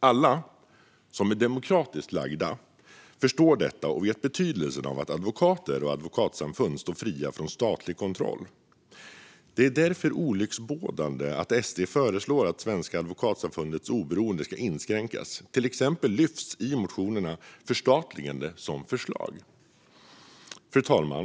Alla som är demokratiskt lagda förstår detta och vet betydelsen av att advokater och advokatsamfund står fria från statlig kontroll. Det är därför olycksbådande att SD föreslår att Sveriges advokatsamfunds oberoende ska inskränkas. Till exempel lyfts i motionerna förstatligande fram som förslag. Fru talman!